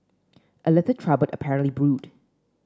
a little trouble apparently brewed